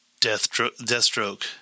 Deathstroke